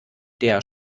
der